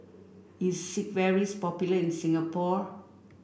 is Sigvaris popular in Singapore